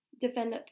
develop